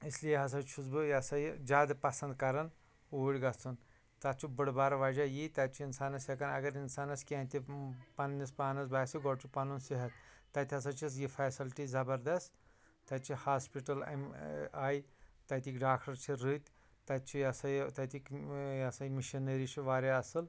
اس لیے ہَسا چھُس بہٕ یہِ ہَسا یہِ زیٛادٕ پَسَنٛد کران اوٗرۍ گَژھُن تتھ چھُ بوٚڑ بارٕ وجہ یی تتہِ چھُ اِنسانَس ہیٚکان اگر انسانس کیٚنٛہہ تہِ پَننِس پانَس باسہِ گۄڈٕ چھُ پَنُن صحت تتہِ ہَسا چھیٚس یہِ فیسَلٹی زبردست تتہِ چھِ ہاسپِٹَل اَمہِ ٲں آیہِ تتِکۍ ڈاکٹر چھِ رٕتۍ تتہِ چھُ یہِ ہَسا یہِ تتِکۍ ٲں یہِ ہَسا یہِ مشیٖنَری چھِ واریاہ اصٕل